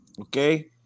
Okay